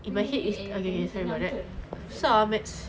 twenty minutes and ten fifteen lah betul